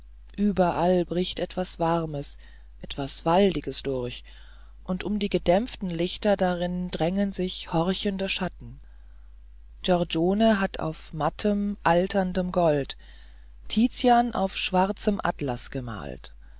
überall bricht etwas warmes gleichsam waldiges durch und um die gedämpften lichter darin drängen sich horchende schatten giorgione hat auf mattem alterndem gold tizian auf schwarzem atlas gemalt